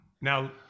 now